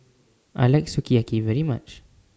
I like Sukiyaki very much